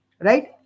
right